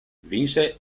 vinse